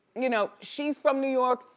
you know, she's from new york,